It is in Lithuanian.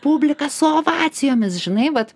publika su ovacijomis žinai vat